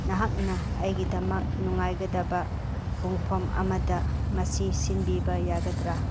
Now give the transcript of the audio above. ꯅꯍꯥꯛꯅ ꯑꯩꯒꯤꯗꯃꯛ ꯅꯨꯡꯉꯥꯏꯒꯗꯕ ꯄꯨꯡꯐꯝ ꯑꯃꯗ ꯃꯁꯤ ꯁꯤꯟꯕꯤꯕ ꯌꯥꯒꯗ꯭ꯔꯥ